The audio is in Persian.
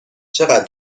چقدر